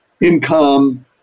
income